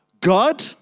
God